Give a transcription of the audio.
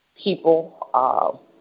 people